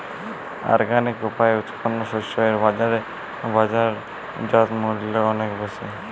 organic উপায়ে উৎপন্ন শস্য এর বাজারজাত মূল্য অনেক বেশি